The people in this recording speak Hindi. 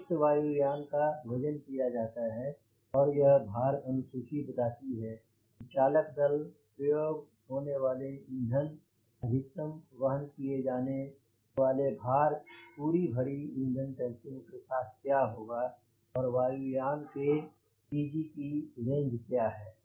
रिक्त वायु यान का वजन किया जाता है और यह भार अनु सूची बताती है कि चालक दल प्रयोग होने वाले ईंधन अधिकतम वहन किये जाने वाला भार पूरी भरी ईंधन टंकियों के साथ क्या होगा और वायु यान के CG की रेंज क्या है